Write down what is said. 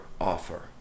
offer